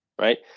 right